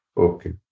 Okay